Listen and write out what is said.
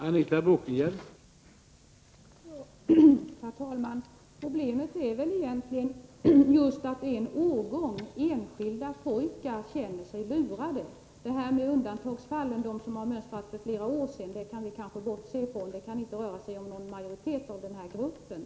Herr talman! Problemet är egentligen att just en årgång enskilda pojkar känner sig lurade. Undantagsfallen och de som mönstrade för flera år sedan kan vi kanske bortse från; det kan inte röra sig om någon majoritet av den här gruppen.